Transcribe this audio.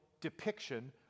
depiction